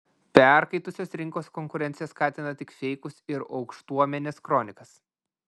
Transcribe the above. perkaitusios rinkos konkurencija skatina tik feikus ir aukštuomenės kronikas